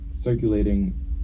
circulating